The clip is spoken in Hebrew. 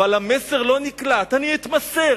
אבל המסר לא נקלט: אני אתמסר,